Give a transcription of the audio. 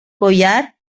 collar